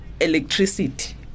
electricity